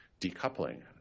decoupling